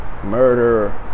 murder